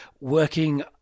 working